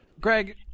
Greg